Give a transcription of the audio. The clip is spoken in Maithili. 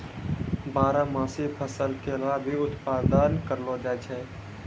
बारहमासी फसल केला भी उत्पादत करलो जाय छै